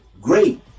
Great